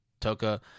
Toka